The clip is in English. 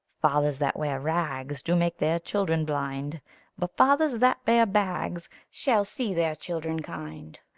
fathers that wear rags do make their children blind but fathers that bear bags shall see their children kind.